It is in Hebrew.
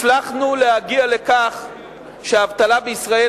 הצלחנו להגיע לכך שהאבטלה בישראל,